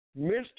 Mr